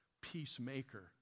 peacemaker